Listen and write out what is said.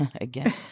again